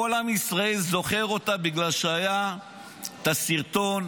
כל עם ישראל זוכר אותה בגלל שהיה את הסרטון